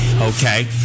Okay